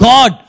God